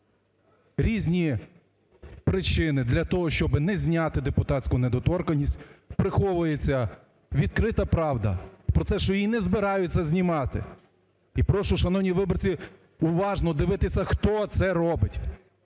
різні причини, для того, щоб не зняти депутатську недоторканність, приховується відкрита правда про це, що її не збираються знімати. І прошу, шановні виборці, уважно дивитися, хто це робить.